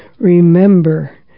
Remember